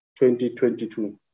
2022